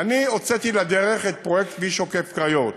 הוצאתי לדרך את פרויקט כביש עוקף-קריות,